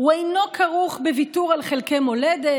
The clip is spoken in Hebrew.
הוא אינו כרוך בוויתור על חלקי מולדת,